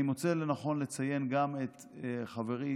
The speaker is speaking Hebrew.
אני מוצא לנכון לציין גם את חברי